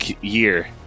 Year